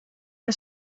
que